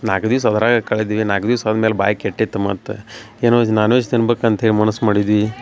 ನಾಲ್ಕು ದಿವಸ ಅದ್ರಾಗ ಕಳದ್ವಿ ನಾಲ್ಕು ದಿವ್ಸ ಹೋದ್ಮೇಲೆ ಬಾಯಿ ಕೆಟ್ಟಿತ್ತು ಮತ್ತು ಏನೋ ನಾನ್ವೆಜ್ ತಿನ್ಬೇಕಂತ್ಹೇಳಿ ಮನಸ್ಸು ಮಾಡಿದ್ವಿ